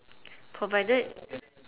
provided